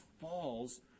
falls